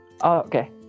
Okay